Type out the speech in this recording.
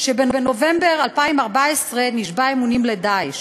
שבנובמבר 2014 נשבע אמונים ל"דאעש".